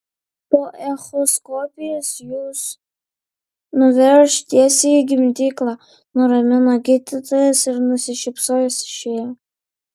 po echoskopijos jus nuveš tiesiai į gimdyklą nuramino gydytojas ir nusišypsojęs išėjo